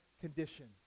condition